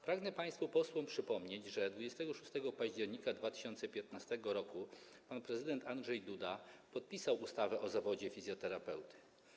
Pragnę państwu posłom przypomnieć, że 26 października 2015 r. pan prezydent Andrzej Duda podpisał ustawę o zawodzie fizjoterapeuty.